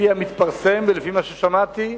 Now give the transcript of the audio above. לפי המתפרסם ולפי מה ששמעתי,